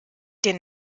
den